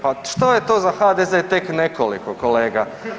Pa što je to za HDZ tek nekoliko kolega?